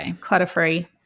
clutter-free